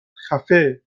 خفه